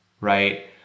Right